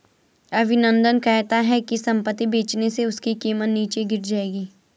अभिनंदन कहता है कि संपत्ति बेचने से उसकी कीमत नीचे गिर जाएगी